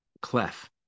clef